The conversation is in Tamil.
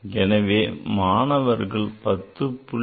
எனவே மாணவர்கள் 10